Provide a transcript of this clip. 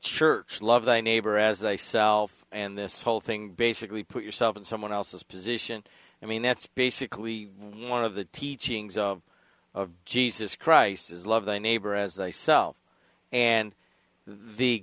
church love thy neighbor as they self and this whole thing basically put yourself in someone else's position i mean that's basically one of the teachings of jesus christ is love thy neighbor as thyself and the